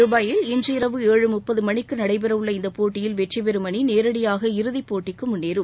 தபாயில் இன்று இரவு ஏழு முப்பது மணிக்கு நடைபெறவுள்ள இந்த போட்டியில் வெற்றி பெறும் அணி நேரடியாக இறுதி போட்டிக்கு முன்னேறும்